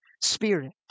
Spirit